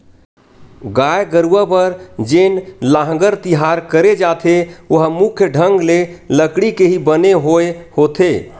गाय गरुवा बर जेन लांहगर तियार करे जाथे ओहा मुख्य ढंग ले लकड़ी के ही बने होय होथे